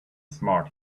smart